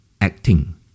acting